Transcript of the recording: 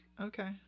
okay